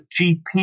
GP